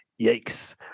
Yikes